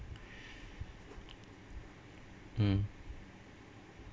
mm